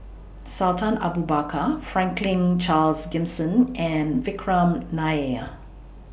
Sultan Abu Bakar Franklin Charles Gimson and Vikram Nair